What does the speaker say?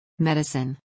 Medicine